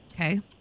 Okay